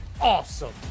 awesome